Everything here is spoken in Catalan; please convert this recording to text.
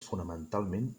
fonamentalment